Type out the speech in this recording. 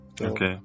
Okay